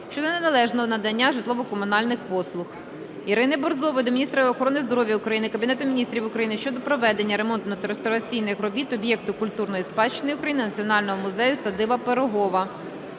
щодо неналежного надання житлово-комунальних послуг. Ірини Борзової до Міністерства охорони здоров'я України, Кабінету Міністрів України щодо проведення ремонтно-реставраційних робіт об'єкту культурної спадщини України Національного музею-садиби Пирогова.